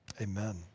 Amen